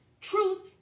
truth